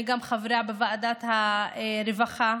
אני חברה בוועדת הרווחה,